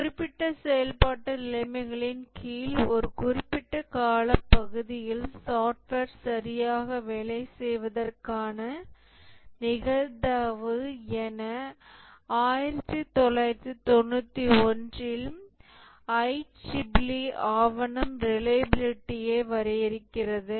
குறிப்பிட்ட செயல்பாட்டு நிலைமைகளின் கீழ் ஒரு குறிப்பிட்ட காலப்பகுதியில் சாஃப்ட்வேர் சரியாக வேலை செய்வதற்கான நிகழ்தகவு என 1991 இல் IEEE ஆவணம் ரிலையபிலிடியை வரையறுக்கிறது